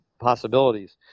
possibilities